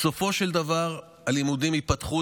בסופו של דבר הלימודים ייפתחו.